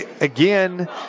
Again